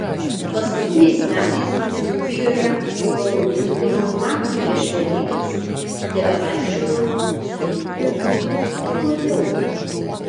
paskutiniais metais dzūkijoje lalauninkai naktį prieš velykas tebevaikščiodavo su smuiku akordeonu